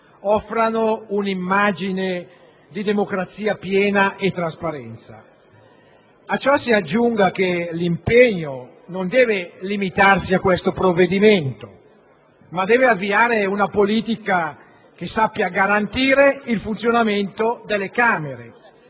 offrano un'immagine di democrazia piena e di trasparenza. A ciò si aggiunga che l'impegno non deve limitarsi al presente provvedimento, ma deve avviare una politica che sappia garantire il funzionamento delle Camere.